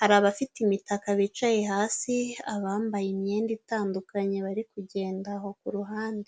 hari abafite imitaka bicaye hasi, abambaye imyenda itandukanye bari kugenda aho ku ruhande.